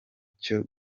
cyo